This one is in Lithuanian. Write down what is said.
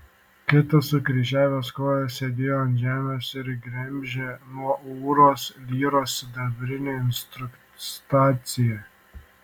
kitas sukryžiavęs kojas sėdėjo ant žemės ir gremžė nuo ūro lyros sidabrinę inkrustaciją